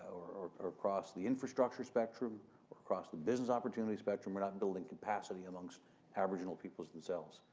or or across the infrastructure spectrum or across the business opportunity spectrum we're not building capacity amongst aboriginal peoples themselves.